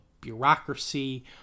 bureaucracy